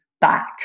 back